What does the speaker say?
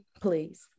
please